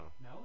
No